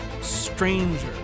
stranger